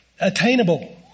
attainable